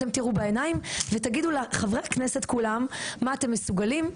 אתם תראו בעיניים ותגידו לחברי הכנסת כולם מה אתם מסוגלים,